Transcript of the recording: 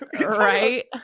Right